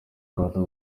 rwanda